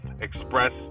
express